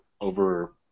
over